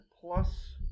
plus